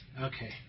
Okay